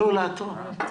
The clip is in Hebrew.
לעתור.